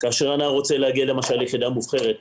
כאשר הנער רוצה להגיע ליחידה מובחרת,